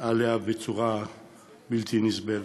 בה בצורה בלתי נסבלת.